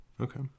Okay